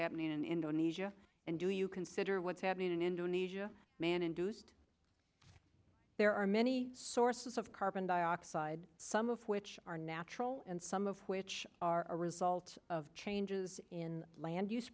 happening in indonesia and do you consider what's happening in indonesia man induced there are many sources of carbon dioxide some of which are natural and some of which are a result of changes in land use